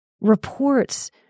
reports